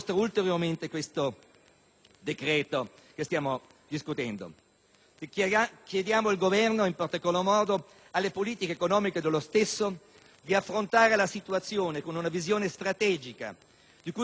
decreto che stiamo discutendo. Chiediamo al Governo e, in particolar modo, alle politiche economiche dello stesso di affrontare la situazione con una visione strategica, di cui vi sia chiarezza in quest'Aula